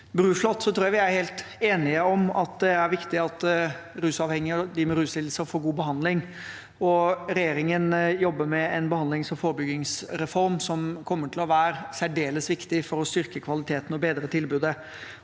Bruflot: Jeg tror vi er helt enige om at det er viktig at rusavhengige og de med ruslidelser får god behandling. Regjeringen jobber med en behandlings- og forebyggingsreform som kommer til å være særdeles viktig for å styrke kvaliteten og bedre tilbudet.